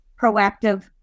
proactive